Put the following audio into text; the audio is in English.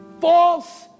false